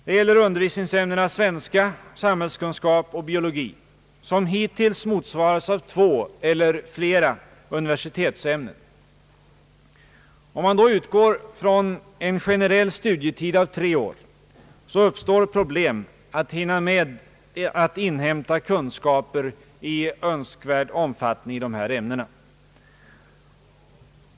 Det gäller undervisningsämnena svens ka, samhällskunskap och biologi, som hittills motsvarats av två eller flera universitetsämnen. Om man utgår från en generell studietid av tre år, uppstår problem att hinna med att inhämta kunskaper i önskvärd omfattning i dessa ämnen.